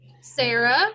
Sarah